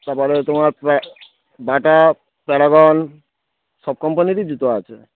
তারপরে তোমার Bata Paragon সব কোম্পানিরই জুতো আছে